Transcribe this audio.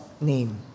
name